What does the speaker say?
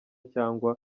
cyangwa